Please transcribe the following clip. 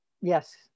Yes